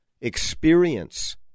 experience